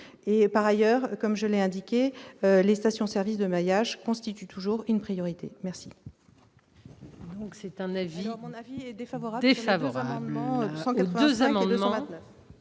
par ailleurs, comme je l'ai indiqué les stations-service de maillage constitue toujours une priorité merci.